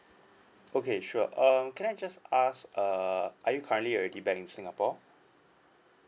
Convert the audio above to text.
okay sure um can I just ask err are you currently already back in singapore